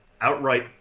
outright